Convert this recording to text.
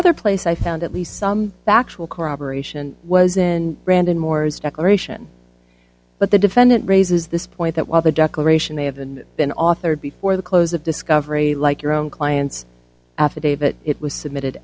other place i found at least some factual corroboration was in brandon moore's declaration but the defendant raises this point that while the declaration they haven't been authored before the close of discovery like your own client's affidavit it was submitted